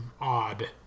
odd